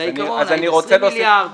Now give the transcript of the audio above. על ה-20 מיליארד,